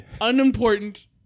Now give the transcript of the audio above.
Unimportant